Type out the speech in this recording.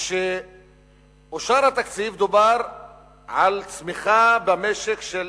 כשאושר התקציב דובר על צמיחה במשק של